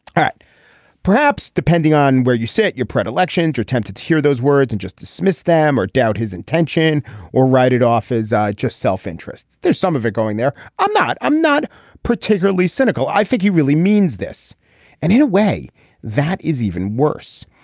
but perhaps depending on where you sit your predilections are tempted to hear those words and just dismiss them or doubt his intention or write it off as i'd just self-interest. there's some of it going there i'm not i'm not particularly cynical. i think he really means this and in a way that is even worse.